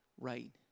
right